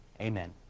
amen